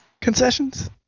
concessions